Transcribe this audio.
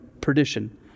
perdition